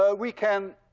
ah we can